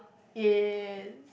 is